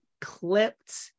clipped